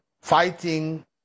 fighting